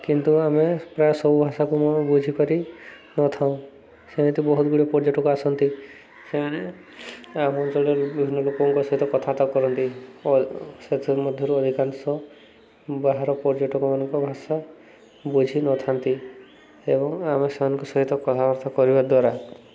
କିନ୍ତୁ ଆମେ ପ୍ରାୟ ସବୁ ଭାଷାକୁ ବୁଝିପାରି ନଥାଉଁ ସେମିତି ବହୁତଗୁଡ଼ିଏ ପର୍ଯ୍ୟଟକ ଆସନ୍ତି ସେମାନେ ଆମ ଅଞ୍ଚଳରେ ବିଭିନ୍ନ ଲୋକଙ୍କ ସହିତ କଥାବାର୍ତ୍ତା କରନ୍ତି ସେଥି ମଧ୍ୟଧ୍ୟରୁ ଅଧିକାଂଶ ବାହାର ପର୍ଯ୍ୟଟକମାନଙ୍କ ଭାଷା ବୁଝିନଥାନ୍ତି ଏବଂ ଆମେ ସେମାନଙ୍କ ସହିତ କଥାବାର୍ତ୍ତା କରିବା ଦ୍ୱାରା